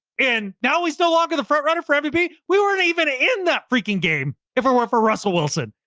and now we still log in the front runner for mvp. we weren't even ah in that freaking game, if it weren't for russell wilson.